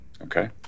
Okay